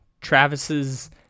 Travis's